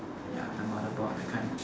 ya the motherboard that kind